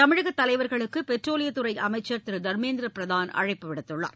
தமிழக தலைவா்களுக்கு பெட்ரோலியத் துறை அமைச்சா் திரு தா்மேந்திர பிரதாள் அழைப்பு விடுக்கள்ளார்